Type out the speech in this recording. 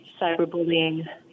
cyberbullying